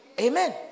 Amen